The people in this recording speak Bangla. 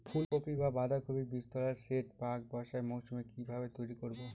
ফুলকপি বা বাঁধাকপির বীজতলার সেট প্রাক বর্ষার মৌসুমে কিভাবে তৈরি করব?